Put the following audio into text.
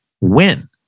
win